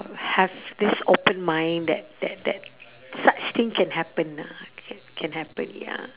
have this open mind that that that such thing can happen ah ca~ can happen ya